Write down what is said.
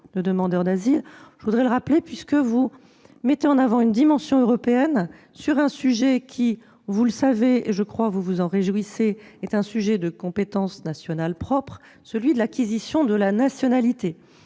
Je voudrais le rappeler, puisque vous mettez en avant l'échelle européenne sur un sujet qui- vous le savez et, je crois, vous vous en réjouissez -est un sujet de compétence nationale propre, celui de l'acquisition de la nationalité.